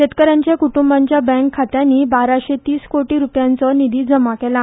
शेतकारांच्या कुटुंबांच्या बँक खात्यांनी बाराशे तीस कोटी रुपयांचो निधी जामा केला